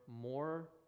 more